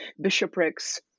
bishoprics